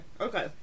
Okay